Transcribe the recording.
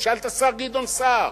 תשאל את השר גדעון סער,